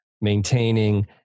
maintaining